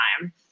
time